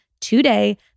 today